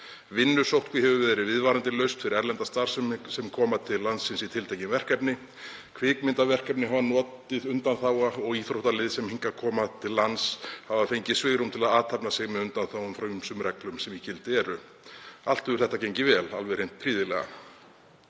Vinnusóttkví hefur verið viðvarandi lausn fyrir erlenda starfsmenn sem koma til landsins í tiltekin verkefni. Kvikmyndaverkefni hafa notið undanþága og íþróttalið sem hingað koma til lands hafa fengið svigrúm til að athafna sig með undanþágum frá ýmsum reglum sem í gildi eru. Allt hefur þetta gengið vel, alveg hreint prýðilega.